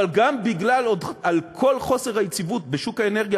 ועל כל חוסר היציבות בשוק האנרגיה